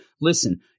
listen